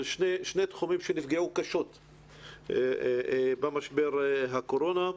אלה שני תחומים שנפגעו קשות במשבר הקורונה.